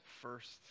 first